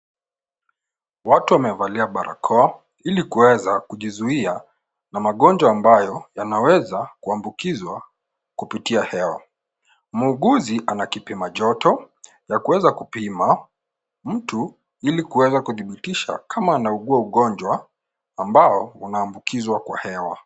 Watu wamevalia barakoa ili kuweza kujizuia na magonjwa ambayo yanaweza kuambukizwa kupitia hewa. Muuguzi ana kipima joto ya kuweza kupima mtu ili kuweza kudhibitisha kama anaugua ugonjwa ambao unaambukizwa kwa hewa.